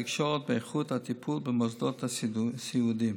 התקשורת באיכות הטיפול במוסדות הסיעודיים.